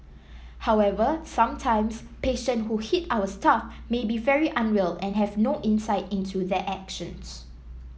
however sometimes patients who hit our staff may be very unwell and have no insight into their actions